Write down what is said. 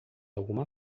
alguma